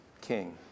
king